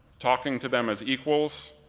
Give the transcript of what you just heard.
talking to them as equals,